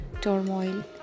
turmoil